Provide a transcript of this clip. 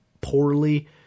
poorly